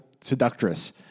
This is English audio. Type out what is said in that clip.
seductress